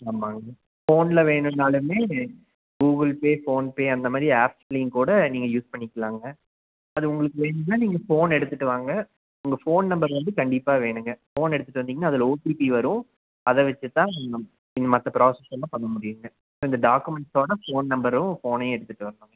ஆமாங்க ஃபோனில் வேணும்னாலுமே கூகுள்பே ஃபோன்பே அந்த மாதிரி ஆப் லிங்க் கூட நீங்கள் யூஸ் பண்ணிக்கலாம்ங்க அது உங்களுக்கு வேணும்னா நீங்கள் ஃபோன் எடுத்துகிட்டு வாங்க உங்கள் ஃபோன் நம்பர் வந்து கண்டிப்பாக வேணும்ங்க ஃபோன் எடுத்துகிட்டு வந்தீங்கன்னா அதில் ஓடிபி வரும் அதை வச்சு தான் நீங்கள் நீங்கள் மற்ற ப்ராசஸ் எல்லாம் பண்ண முடியும்ங்க அந்த டாக்குமெண்ட்ஸோட ஃபோன் நம்பரும் ஃபோனையும் எடுத்துகிட்டு வரணும்ங்க